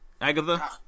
Agatha